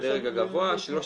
בדרג הגבוה 13,200,